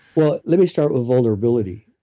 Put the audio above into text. well, let me start with vulnerability.